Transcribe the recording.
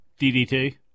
DDT